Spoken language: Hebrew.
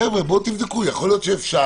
אולי אפשר